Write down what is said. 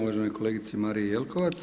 uvaženoj kolegici Mariji Jelkovac.